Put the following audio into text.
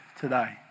today